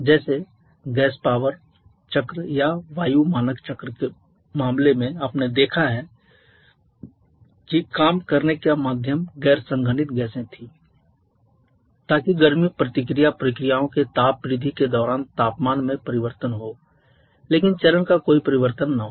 जैसे gas power चक्र या वायु मानक चक्र के मामले में आपने देखा है कि काम करने का माध्यम गैर संघनित गैसें थीं ताकि गर्मी प्रतिक्रिया प्रक्रियाओं के ताप वृद्धि के दौरान तापमान में परिवर्तन हो लेकिन चरण का कोई परिवर्तन न हो